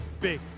big